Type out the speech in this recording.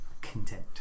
content